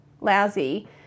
lousy